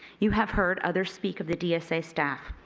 you have heard others speak of the dsa staff.